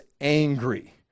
angry